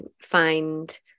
find